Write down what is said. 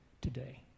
today